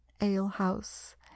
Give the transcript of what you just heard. alehouse